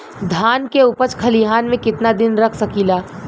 धान के उपज खलिहान मे कितना दिन रख सकि ला?